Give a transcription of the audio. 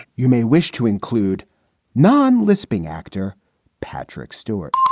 you may wish to include non lisping actor patrick stewart.